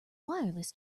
wireless